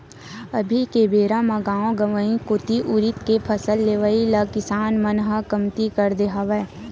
अभी के बेरा म गाँव गंवई कोती उरिद के फसल लेवई ल किसान मन ह कमती कर दे हवय